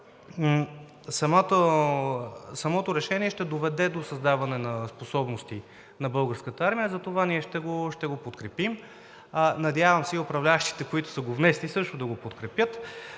самото решение ще доведе до създаване на способности на Българската армия, затова ние ще го подкрепим. Надявам се и управляващите, които са го внесли, също да го подкрепят